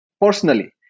personally